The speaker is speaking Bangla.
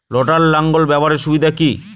লটার লাঙ্গল ব্যবহারের সুবিধা কি?